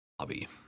lobby